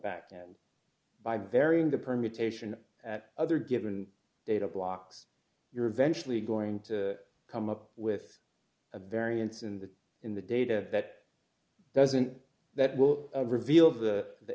back down by varying the permutation at other given data blocks you're eventually going to come up with a variance in the in the data that doesn't that will reveal the